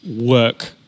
work